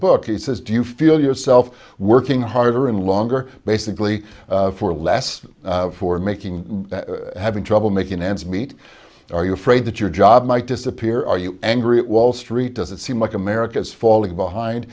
book he says do you feel yourself working harder and longer basically for less for making having trouble making ends meet are you afraid that your job might disappear are you angry at wall street does it seem like america is falling behind